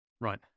Right